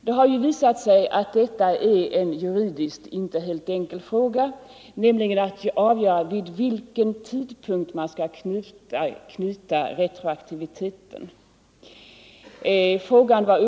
Det har visat sig att detta är en juridiskt inte helt enkel fråga, nämligen att avgöra till vilken tidpunkt man skall knyta ikraftträdandet av en lag.